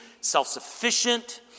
self-sufficient